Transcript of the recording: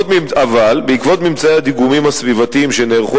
אבל בעקבות ממצאי הדיגומים הסביבתיים שנערכו